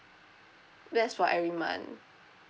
that's for every month